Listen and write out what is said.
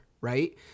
Right